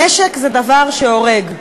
נשק זה דבר שהורג,